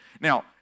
Now